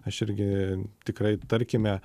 aš irgi tikrai tarkime